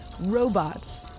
robots